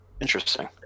Interesting